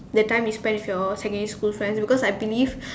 that time you spend with your secondary school friends because I believe